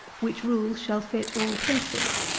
which rules shall fit all cases.